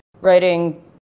writing